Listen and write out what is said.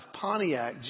Pontiac